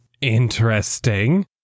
interesting